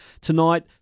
Tonight